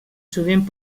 sovint